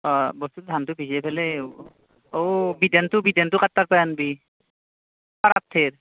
অঁ বস্তুটো ধানটো ভিজে ফেলে অ' বিধানটো বিধানটো কাৰ তাৰপে আনবি ধেৰ